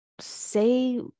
say